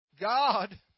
God